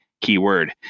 keyword